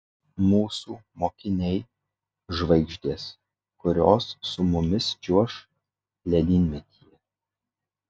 mūsų mokiniai žvaigždės kurios su mumis čiuoš ledynmetyje